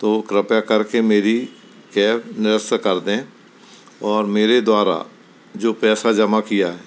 तो कृपया करके मेरी कैब निरस्त कर दें और मेरे द्वारा जो पैसा जमा किया है